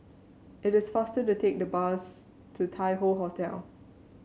it is faster to take the bus to Tai Hoe Hotel